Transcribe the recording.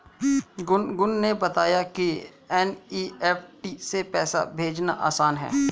गुनगुन ने बताया कि एन.ई.एफ़.टी से पैसा भेजना आसान है